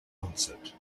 answered